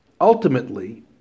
Ultimately